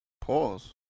Pause